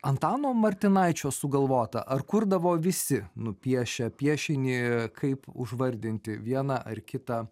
antano martinaičio sugalvota ar kurdavo visi nupiešę piešinį kaip užvardinti vieną ar kitą